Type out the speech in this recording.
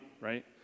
right